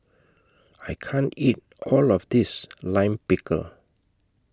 I can't eat All of This Lime Pickle